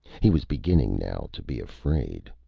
he was beginning, now, to be afraid.